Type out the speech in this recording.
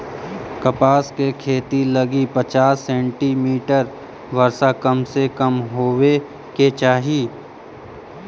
कपास के खेती लगी पचास सेंटीमीटर वर्षा कम से कम होवे के चाही